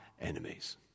enemies